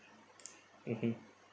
mmhmm